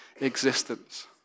existence